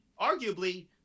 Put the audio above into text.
arguably